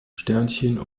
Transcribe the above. sternchen